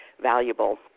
valuable